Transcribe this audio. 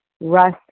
Russ